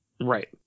Right